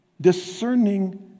discerning